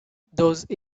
those